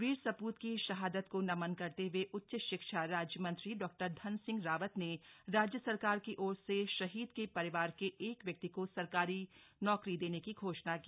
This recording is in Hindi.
वीर सपूत की शहादत को नमन करते हुए उच्च शिक्षा राज्यमंत्री डॉ धन सिंह रावत ने राज्य सरकार की ओर से शहीद के परिवार के एक व्यक्ति को सरकारी नौकरी देने की घोषणा की